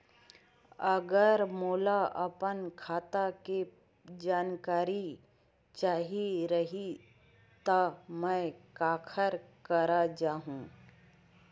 अगर मोला अपन खाता के जानकारी चाही रहि त मैं काखर करा जाहु?